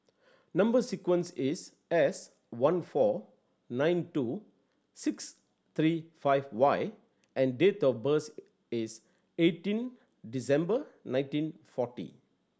number sequence is S one four nine two six three five Y and date of birth is eighteen December nineteen forty